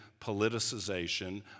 politicization